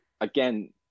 again